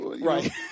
right